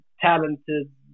talented